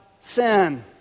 sin